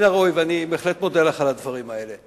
מן הראוי, ואני בהחלט מודה לך על הדברים האלה.